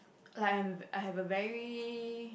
like I'm I have a very